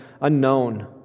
unknown